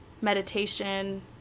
meditation